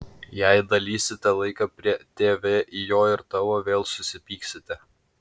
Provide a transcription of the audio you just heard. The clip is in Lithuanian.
jei dalysite laiką prie tv į jo ir tavo vėl susipyksite